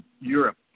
Europe